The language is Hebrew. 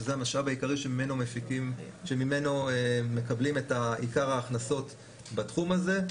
שזה המשאב העיקרי שממנו מקבלים את עיקר ההכנסות בתחום הזה,